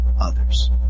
others